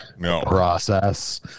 process